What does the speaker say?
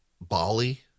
Bali